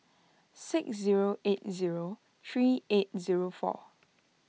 six zero eight zero three eight zero four